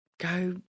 go